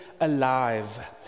alive